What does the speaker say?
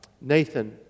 Nathan